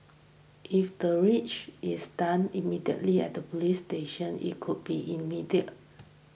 if the triage is done immediately at the police station it could be immediate